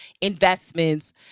investments